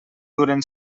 duren